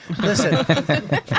Listen